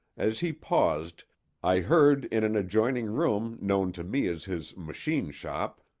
as he paused i heard in an adjoining room known to me as his machine shop,